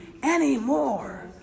anymore